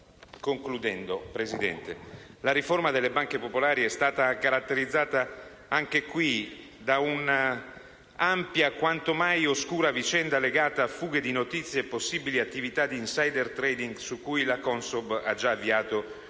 Concludendo, signor Presidente, la riforma delle banche popolari è stata caratterizzata da un'ampia e quanto mai oscura vicenda, legata a fughe di notizie e possibili attività di *insider trading,* su cui la CONSOB ha già avviato un'indagine